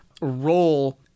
role